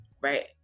Right